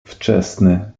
wczesny